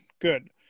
Good